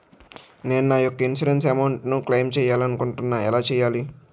నేను నా యెక్క ఇన్సురెన్స్ అమౌంట్ ను క్లైమ్ చేయాలనుకుంటున్నా ఎలా చేయాలి?